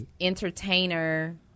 entertainer